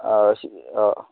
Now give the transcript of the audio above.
অঁ অঁ